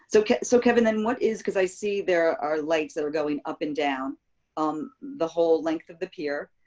so so kevin, then what is because i see there are lights that are going up and down um the whole length of the pier,